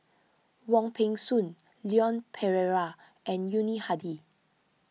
Wong Peng Soon Leon Perera and Yuni Hadi